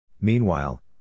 Meanwhile